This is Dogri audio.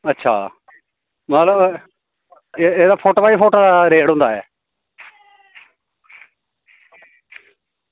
अच्छा मतलब एह्दा फुट्ट बाय फुट्ट रेट होंदा ऐ